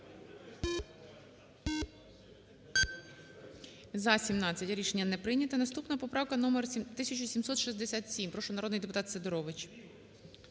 За-17 Рішення не прийнято. Наступна поправка - номер 1767. Прошу, народний депутат Сидорович.